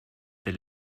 der